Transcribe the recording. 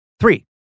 Three